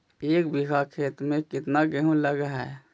एक बिघा खेत में केतना गेहूं लग है?